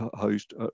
housed